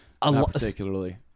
particularly